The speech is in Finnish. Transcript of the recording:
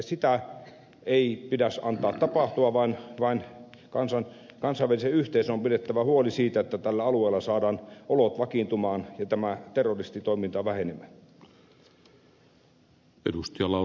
sitä ei pidä antaa tapahtua vaan kansainvälisen yhteisön on pidettävä huoli siitä että tällä alueella saadaan olot vakiintumaan ja tämä terroristitoiminta vähenemään